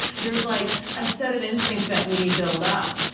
there's like a set of instincts that we build up,